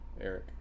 Eric